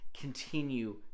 continue